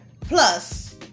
plus